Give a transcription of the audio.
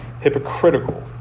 Hypocritical